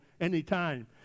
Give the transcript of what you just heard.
anytime